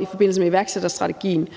i forbindelse med iværksætterstrategien